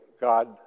God